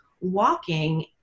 walking